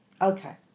Okay